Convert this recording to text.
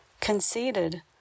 conceded